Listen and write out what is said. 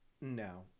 no